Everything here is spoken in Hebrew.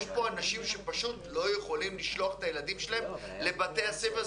יש פה אנשים שפשוט לא יכולים לשלוח את הילדים שלהם לבתי הספר.